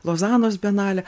lozanos bienalė